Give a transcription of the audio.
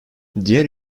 diğer